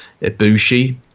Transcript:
Ibushi